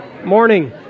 Morning